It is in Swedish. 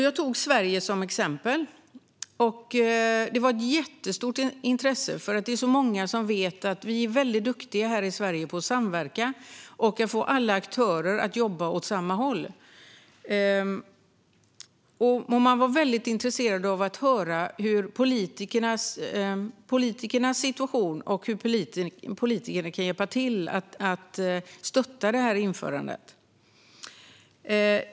Jag tog Sverige som exempel, och intresset var jättestort eftersom många vet att vi i Sverige är duktiga på att samverka och att få alla aktörer att jobba åt samma håll. De var mycket intresserade av att höra hur politiker kan hjälpa till att stötta detta införande.